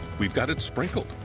we've got it sprinkled.